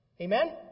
Amen